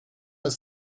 ist